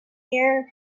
here